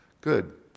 good